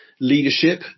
leadership